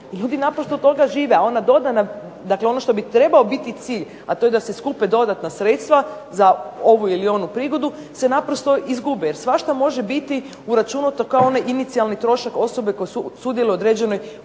ljudi naprosto od toga žive. A ona dodana, dakle ono što bi trebao biti cilj, a to je da se skupe dodatna sredstva za ovu ili onu prigodu se naprosto izgubi. Jer svašta može biti uračunato kao onaj inicijalni trošak osobe koji sudjeluje u određenoj